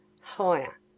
higher